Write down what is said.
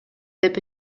деп